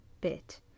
Bit